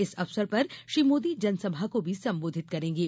इस अवसर पर श्री मोदी जनसभा को भी संबोधित करेंगे